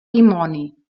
dimoni